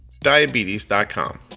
diabetes.com